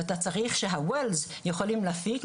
אתה צריך שה-ואלס יכולים להפיק,